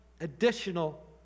additional